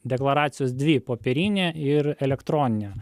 deklaracijos dvi popierinė ir elektroninė